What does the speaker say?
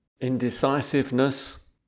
indecisiveness